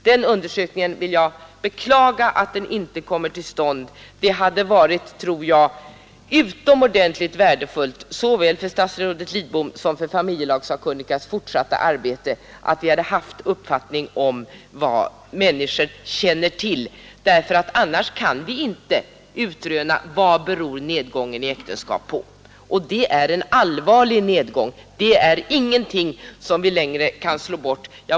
Jag beklagar att den undersökningen inte kommit till stånd. Det hade varit utomordentligt värdefullt såväl för statsrådet som för familjelagssakkunnigas fortsatta arbete att vi hade haft en uppfattning om vad människor känner till. Annars kan vi inte utröna vad nedgången i antalet äktenskap beror på. Det är en allvarlig nedgång och ingenting som man längre kan slå bort.